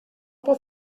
pot